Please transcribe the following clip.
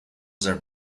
their